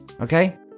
Okay